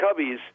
Cubbies –